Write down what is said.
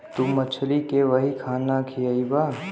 तू मछली के वही खाना खियइबा